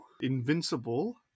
invincible